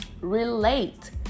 Relate